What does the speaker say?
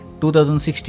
2016